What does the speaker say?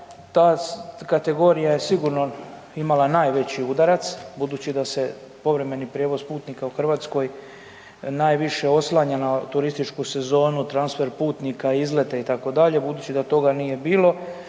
ta kategorija je sigurno imala najveći udarac, budući da se povremeni prijevoz putnika u Hrvatskoj najviše oslanja na turističku sezonu, transfer putnika, izlete, itd. Budući da toga nije bilo,